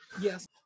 Yes